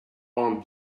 one